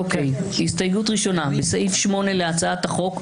הסתייגות ראשונה: בסעיף 8 להצעת החוק,